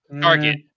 target